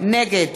נגד